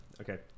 okay